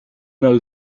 know